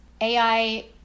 AI